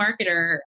marketer